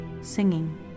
singing